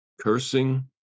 cursing